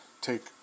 take